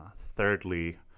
Thirdly